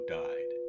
died